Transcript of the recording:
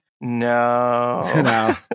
no